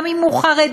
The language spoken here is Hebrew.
גם אם הוא חרדי,